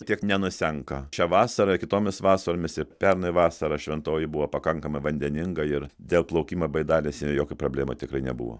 tiek nenusenka šią vasarą kitomis vasaromis ir pernai vasarą šventoji buvo pakankamai vandeninga ir dėl plaukimo baidarėse jokių prablemų tikrai nebuvo